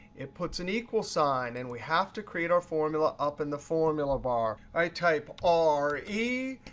it puts an equal sign, and we have to create our formula up in the formula bar. i type r e,